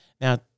now